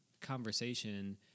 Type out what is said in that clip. conversation